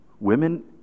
Women